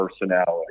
personality